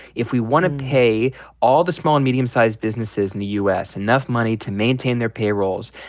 if we want to pay all the small and medium-sized businesses in the u s. enough money to maintain their payrolls,